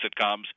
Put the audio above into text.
sitcoms